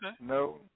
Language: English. no